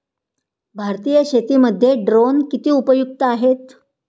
भारतीय शेतीमध्ये ड्रोन किती उपयुक्त आहेत?